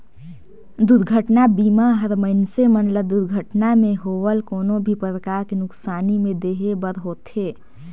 दुरघटना बीमा हर मइनसे मन ल दुरघटना मे होवल कोनो भी परकार के नुकसानी में देहे बर होथे